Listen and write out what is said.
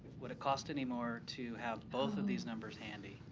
would it cost anymore to have both of these numbers handy